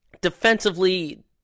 defensively